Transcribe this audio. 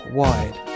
wide